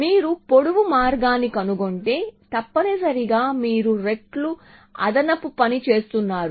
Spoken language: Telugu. మీరు పొడవు మార్గాన్ని కనుగొంటే తప్పనిసరిగా మీరు రెట్లు అదనపు పని చేస్తున్నారు